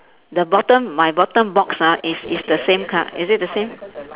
the bottom my bottom box ah is is the same co~ is it the same